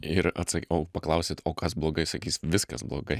ir atsak o paklausit o kas blogai sakys viskas blogai